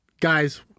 guys